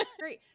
Great